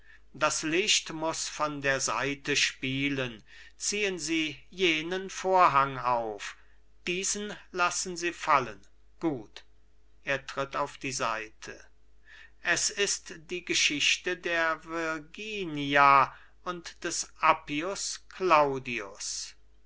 das licht muß von der seite spielen ziehen sie jenen vorhang auf diesen lassen sie fallen gut er tritt auf die seite es ist die geschichte der virginia und des appius claudius